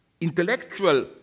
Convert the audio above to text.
intellectual